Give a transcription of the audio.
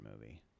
movie